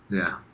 yeah,